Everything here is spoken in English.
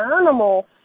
animal